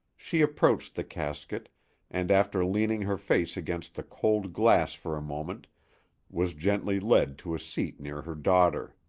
she approached the casket and after leaning her face against the cold glass for a moment was gently led to a seat near her daughter.